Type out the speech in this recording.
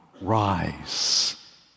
rise